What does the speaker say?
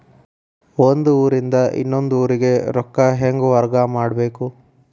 ಒಂದ್ ಊರಿಂದ ಇನ್ನೊಂದ ಊರಿಗೆ ರೊಕ್ಕಾ ಹೆಂಗ್ ವರ್ಗಾ ಮಾಡ್ಬೇಕು?